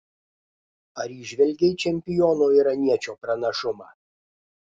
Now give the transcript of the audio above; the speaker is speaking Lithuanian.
ar įžvelgei čempiono iraniečio pranašumą